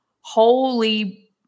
holy